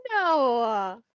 No